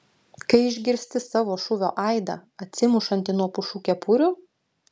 kai išgirsti savo šūvio aidą atsimušantį nuo pušų kepurių